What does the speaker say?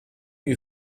you